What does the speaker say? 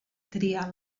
triar